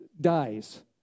dies